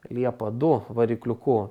liepa du varikliuku